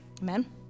Amen